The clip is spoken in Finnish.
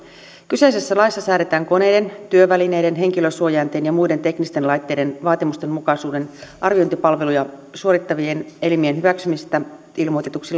kyseisessä laissa säädetään koneiden työvälineiden henkilösuojainten ja muiden teknisten laitteiden vaatimustenmukaisuuden arviointipalveluja suorittavien elimien hyväksymisestä ilmoitetuiksi